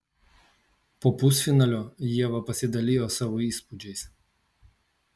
po pusfinalio ieva pasidalijo savo įspūdžiais